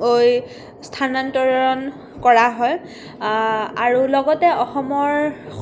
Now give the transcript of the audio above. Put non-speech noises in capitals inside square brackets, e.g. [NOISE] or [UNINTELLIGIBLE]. [UNINTELLIGIBLE] স্থানান্তৰণ কৰা হয় আৰু লগতে অসমৰ